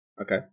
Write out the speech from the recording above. Okay